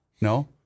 No